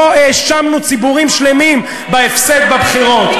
לא האשמנו ציבורים שלמים בהפסד בבחירות.